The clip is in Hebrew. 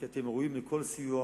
כי אתם ראויים לכל סיוע